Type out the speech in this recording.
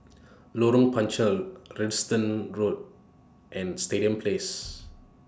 Lorong Panchar Road and Stadium Place